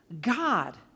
God